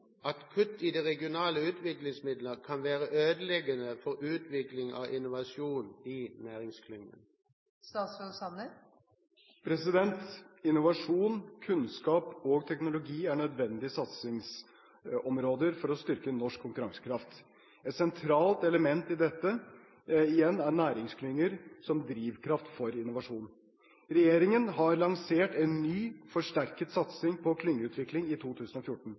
at kutt i de regionale utviklingsmidler kan være ødeleggende for utvikling av innovasjon i næringsklyngene?» Innovasjon, kunnskap og teknologi er nødvendige satsingsområder for å styrke norsk konkurransekraft. Et sentralt element i dette igjen er næringsklynger som drivkraft for innovasjon. Regjeringen har lansert en ny, forsterket satsing på klyngeutvikling i 2014,